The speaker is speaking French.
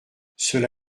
cela